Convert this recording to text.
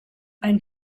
ein